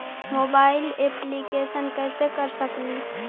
Mobile application कैसे कर सकेली?